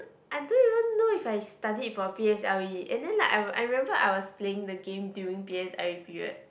I don't even know if I studied for P_S_L_E and then like I I remember I was playing the game during P_S_L_E period